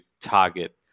target